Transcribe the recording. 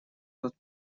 тот